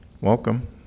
Welcome